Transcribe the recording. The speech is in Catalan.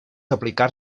aplicar